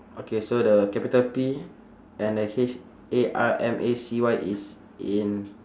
okay so the capital P and the H A R M A C Y is in